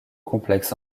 complexe